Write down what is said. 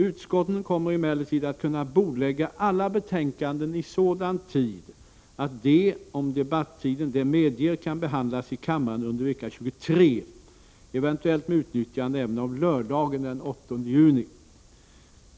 Utskotten kommer emellertid att kunna bordlägga alla betänkanden i sådan tid att de, om debattiden det medger, kan behandlas i kammaren under vecka 23, eventuellt med utnyttjande även av lördagen den 8 juni.